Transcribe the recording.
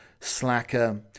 Slacker